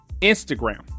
Instagram